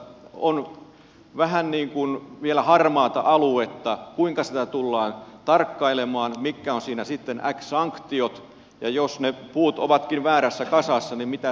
on vähän niin kuin vielä harmaata aluetta kuinka sitä tullaan tarkkailemaan mitkä ovat siinä sitten sanktiot ja jos ne puut ovatkin väärässä kasassa niin mitä siitä